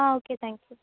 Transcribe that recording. ah okay thank you